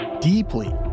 deeply